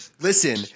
Listen